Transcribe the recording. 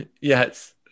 Yes